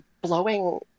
blowing